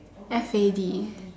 F A D